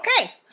Okay